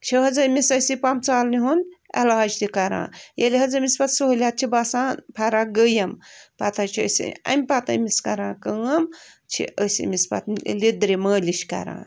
چھِ حظ أمِس أسۍ یہِ پَمہٕ ژالنہِ ہُنٛد علاج تہِ کَران ییٚلہِ حظ أمِس پَتہٕ سہوٗلِیت چھِ باسان فرق گٔیٚیَم پتہِ حظ چھِ أسۍ ٲں اَمہٕ پتہٕ أمِس کَران کٲم چھِ أسۍ أمِس پتہٕ لِدرِ مٲلِش کَران